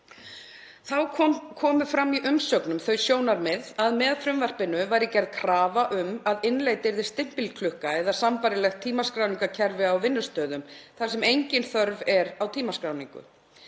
Þá komu fram í umsögnum þau sjónarmið að með frumvarpinu væri gerð krafa um að innleidd yrði stimpilklukka eða sambærilegt tímaskráningarkerfi á vinnustöðum þar sem engin þörf er á tímaskráningu.